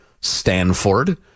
Stanford